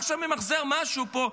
אתה עכשיו ממחזר משהו פה.